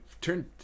turn